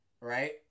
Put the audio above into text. right